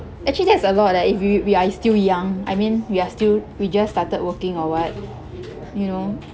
actually there's a lot eh if we we are still young I mean we are still we just started working or what you know